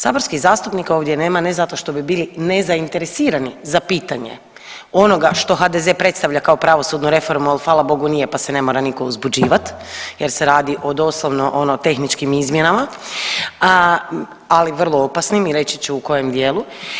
Saborskih zastupnika ovdje nema ne zato što bi bili nezainteresirani za pitanje onoga što HDZ predstavlja kao pravosudnu reformu, ali hvala bogu nije pa se ne mora nitko uzbuđivati jer se radi o doslovno ono tehničkim izmjenama ali vrlo opasnim i reći ću u kojem dijelu.